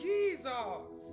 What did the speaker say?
Jesus